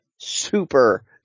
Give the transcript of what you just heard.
super